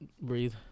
breathe